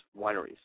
wineries